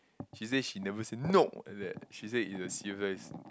she say she never say no like that she say in a civilised